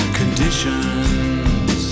conditions